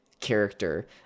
character